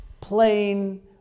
plain